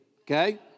Okay